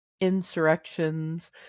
insurrections